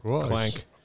Clank